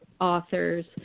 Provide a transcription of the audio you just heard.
authors